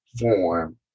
form